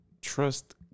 trust